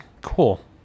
cool